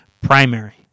primary